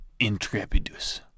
intrepidus